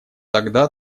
тогда